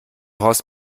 horst